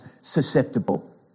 susceptible